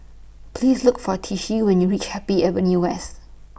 Please Look For Tishie when YOU REACH Happy Avenue West